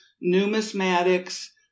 numismatics